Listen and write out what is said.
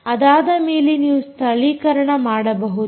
ಅದಾದ ಮೇಲೆ ನೀವು ಸ್ಥಳೀಕರಣ ಮಾಡಬಹುದು